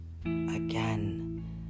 Again